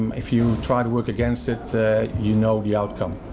um if you try to work against it you know the outcome.